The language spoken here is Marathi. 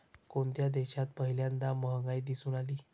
कोणत्या देशात पहिल्यांदा महागाई दिसून आली?